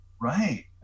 Right